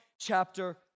chapter